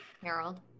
Harold